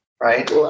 Right